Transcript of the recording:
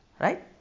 Right